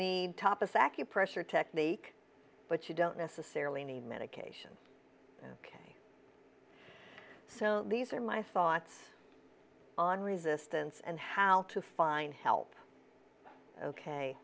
acupressure technique but you don't necessarily need medication ok so these are my thoughts on resistance and how to find help ok